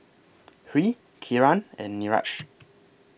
Hri Kiran and Niraj